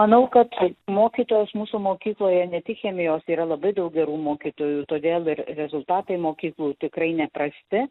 manau kad mokytojos mūsų mokykloje ne tik chemijos yra labai daug gerų mokytojų todėl ir rezultatai mokyklų tikrai neprasti